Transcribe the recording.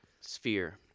Sphere